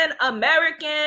American